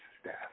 staff